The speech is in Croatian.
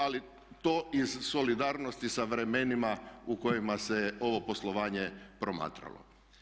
Ali to iz solidarnosti sa vremenima u kojima se ovo poslovanje promatralo.